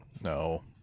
No